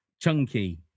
Chunky